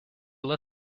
let